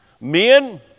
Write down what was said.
Men